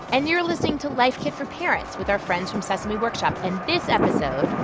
and you're listening to life kit for parents with our friends from sesame workshop. and this episode.